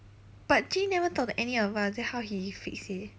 but gene never talk to any of us then how he fix it